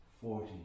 forty